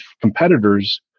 competitors